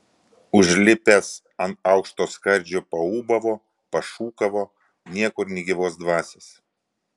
užlipęs ant aukšto skardžio paūbavo pašūkavo niekur nė gyvos dvasios